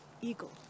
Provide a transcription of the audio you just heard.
eagle